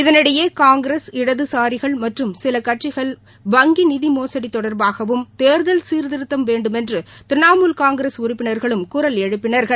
இதனிடையே காங்கிரஸ் இடதுளரிகள் மற்றும் சில கட்சிகள் வங்கி நிதி மோசடி தொடர்பாகவும் தேர்தல் சீர்திருத்தம் வேண்டுமென்று திரிணாமூல் காங்கிரஸ் உறுப்பினா்களும் குரல் எழுப்பினாா்கள்